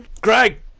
Greg